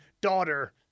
daughter